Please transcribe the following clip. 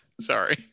sorry